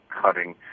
cutting